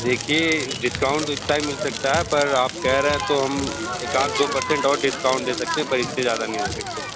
देखिए डिस्काउंट तो इतना ही मिल सकता है पर आप कह रहे हैं तो हम एकाध दो पर्सेन्ट और डिस्काउंट दे सकते हैं पर इससे ज़्यादा नहीं दे सकते